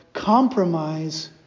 compromise